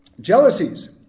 Jealousies